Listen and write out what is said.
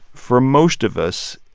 for most of us,